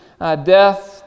death